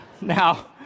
Now